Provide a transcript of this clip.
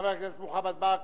תודה לחבר הכנסת מוחמד ברכה.